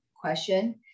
question